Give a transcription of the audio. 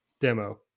demo